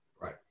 Right